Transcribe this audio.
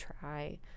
try